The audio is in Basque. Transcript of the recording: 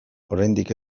oraindik